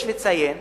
יש לציין